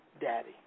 Daddy